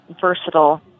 versatile